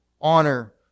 honor